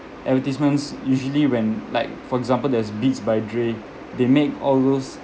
advertisements usually when like for example there's beats by dre they make all those